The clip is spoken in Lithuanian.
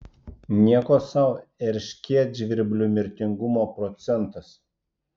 nieko sau erškėtžvirblių mirtingumo procentas